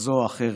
כזו או אחרת.